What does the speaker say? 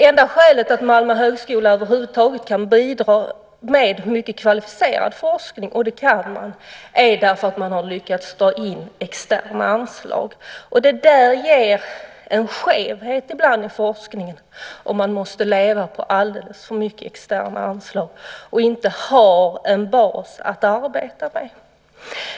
Enda skälet att Malmö högskola över huvud taget kan bidra med mycket kvalificerad forskning är därför att man har lyckats dra in externa anslag. Det ger ibland en skevhet i forskningen om man måste leva på alldeles för mycket externa anslag och inte har en bas att arbeta med.